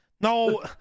no